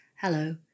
Hello